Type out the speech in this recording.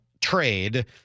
trade